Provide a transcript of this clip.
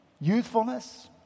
youthfulness